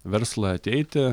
verslą ateiti